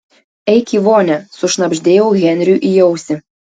eik į vonią sušnabždėjau henriui į ausį